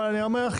אבל אני אומר לך,